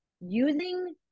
Using